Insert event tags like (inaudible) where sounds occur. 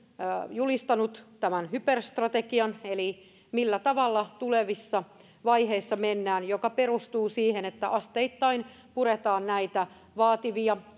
julistanut tämän hyperstrategian eli millä tavalla tulevissa vaiheissa mennään joka perustuu siihen että asteittain puretaan näitä vaativia (unintelligible)